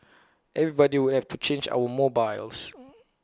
everybody would have to change our mobiles